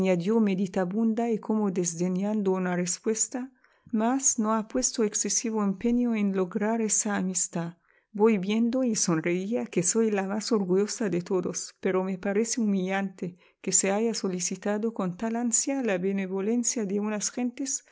meditabunda y como desdeñando una respuesta mas no ha puesto excesivo empeño en lograr esa amistad voy viendoy sonreíaque soy la más orgullosa de todos pero me parece humillante que se haya solicitado con tal ansia la benevolencia de unas gentes